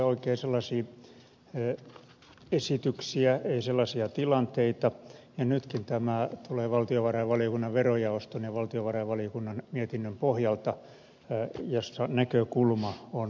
ei tule oikein sellaisia esityksiä ei sellaisia tilanteita ja nytkin tämä tulee valtiovarainvaliokunnan verojaoston ja valtiovarainvaliokunnan mietinnön pohjalta jossa näkökulma on pitkälti taloudellinen